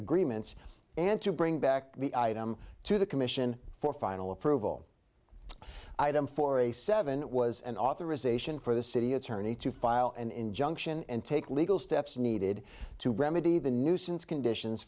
agreements and to bring back the item to the commission for final approval item for a seven was an authorization for the city attorney to file an injunction and take legal steps needed to remedy the nuisance conditions